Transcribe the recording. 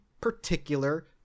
particular